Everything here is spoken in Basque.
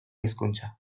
hizkuntza